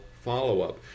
follow-up